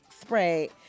spray